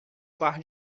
par